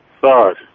Sorry